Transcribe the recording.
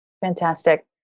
Fantastic